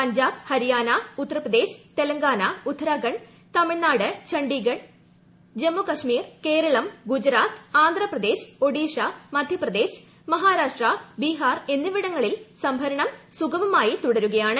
പഞ്ചാബ് ഹരിയാന ഉത്തർപ്രദേശ് തെലങ്കാക് ഉത്തരാഖണ്ഡ് തമിഴ്നാട് ചണ്ഡീഗഡ് ജമ്മു കശ്മീർ കേരളം ഗുജറാത്ത് ആന്ധ്രാപ്രദേശ് ഒഡീഷ് മധ്യപ്രദേശ് മഹാരാഷ്ട്ര ബിഹാർ എന്നിവിടങ്ങളിൽ സംഭരണം സുഗമമായി തുടരുകയാണ്